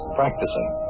practicing